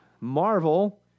Marvel